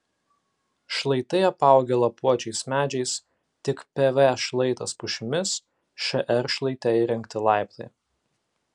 šlaitai apaugę lapuočiais medžiais tik pv šlaitas pušimis šr šlaite įrengti laiptai